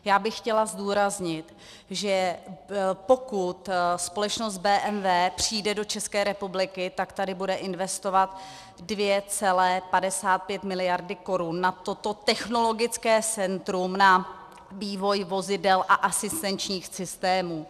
Já bych chtěla zdůraznit, že pokud společnost BMW přijde do České republiky, tak tady bude investovat 2,55 miliardy korun na toto technologické centrum, na vývoj vozidel a asistenčních systémů.